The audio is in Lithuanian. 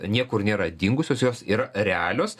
niekur nėra dingusios jos yra realios